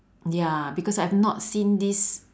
ya because I've not seen this